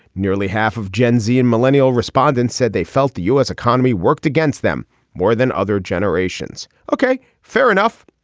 nearly half of gen z and millennial respondents said they felt the u s. economy worked against them more than other generations. okay fair enough.